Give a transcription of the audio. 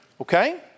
Okay